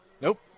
Nope